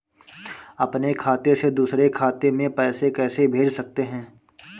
अपने खाते से दूसरे खाते में पैसे कैसे भेज सकते हैं?